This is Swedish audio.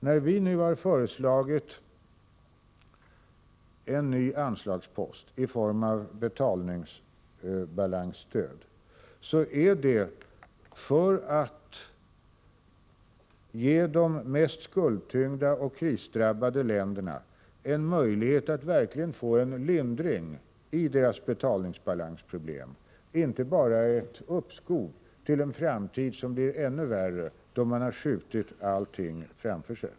När vi nu har föreslagit en ny anslagspost i form av ett betalningsbalansstöd, har det skett för att ge de mest skuldtyngda och krisdrabbade länderna en möjlighet att få en verklig lindring i sina betalningsbalansproblem, inte bara ett uppskov till en framtid som blir ännu värre, när man har skjutit allting framför sig.